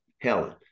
Helen